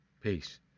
Peace